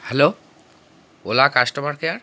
hello ola customer care